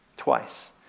Twice